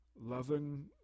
loving